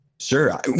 Sure